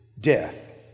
death